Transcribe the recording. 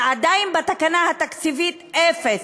כשעדיין בתקנה התקציבית זה אפס,